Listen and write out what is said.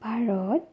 Bharat